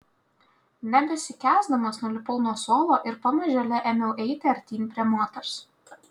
nebesikęsdamas nulipau nuo suolo ir pamažėle ėmiau eiti artyn prie moters